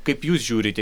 kaip jūs žiūrite